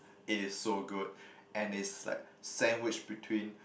it is so good and it's like sandwich between